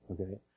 Okay